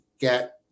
get